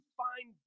find